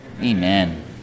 Amen